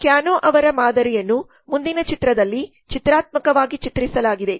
Kano ಅವರ ಮಾದರಿಯನ್ನು ಮುಂದಿನ ಚಿತ್ರದಲ್ಲಿ ಚಿತ್ರಾತ್ಮಕವಾಗಿ ಚಿತ್ರಿಸಲಾಗಿದೆ